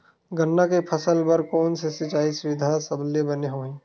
गन्ना के फसल बर कोन से सिचाई सुविधा सबले बने होही?